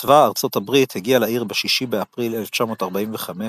צבא ארצות הברית הגיע לעיר ב-6 באפריל 1945 וב-1